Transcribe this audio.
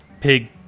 pig